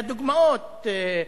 והדוגמאות: